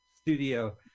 studio